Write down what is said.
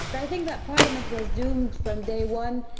but i think that parliament was doomed from day one,